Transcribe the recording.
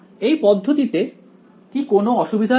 এই পদ্ধতিতে কি কোনও অসুবিধা আছে